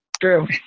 true